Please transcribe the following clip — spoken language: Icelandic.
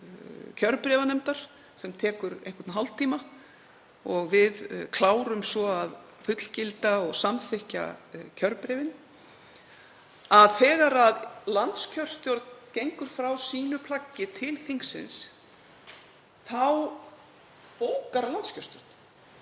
kjörbréfanefndar sem tekur einhvern hálftíma og við klárum svo að fullgilda og samþykkja kjörbréfin. Þegar landskjörstjórn gengur frá sínu plaggi til þingsins þá bókar landskjörstjórn.